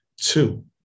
Two